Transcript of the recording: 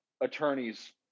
attorneys